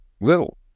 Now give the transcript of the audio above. Little